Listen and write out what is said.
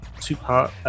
two-part